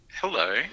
Hello